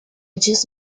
just